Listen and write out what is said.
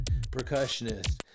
percussionist